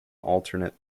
alternate